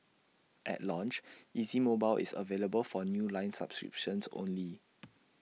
at launch easy mobile is available for new line subscriptions only